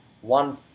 one